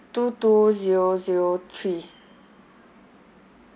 two two zero zero three